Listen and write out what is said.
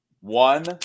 One